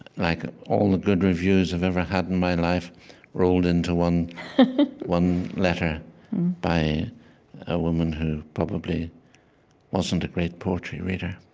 like, ah all the good reviews i've ever had in my life rolled into one one letter by a woman who probably wasn't a great poetry reader